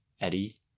eddie